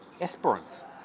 Esperance